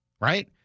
right